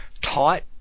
tight